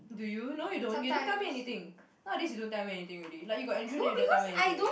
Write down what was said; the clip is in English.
do you know you don't you don't tell me anything nowadays you don't tell me anything already like you got Andrew you don't tell me anything already